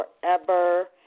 forever